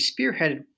spearheaded